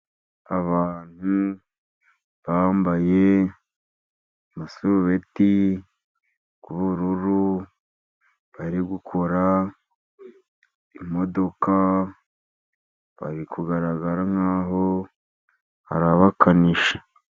Abantu bambaye amasurubeti y'ubururu ,bari gukora imodoka, bari kugaragara nkaho ari abakanishi.